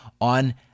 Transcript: on